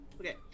Okay